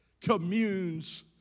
communes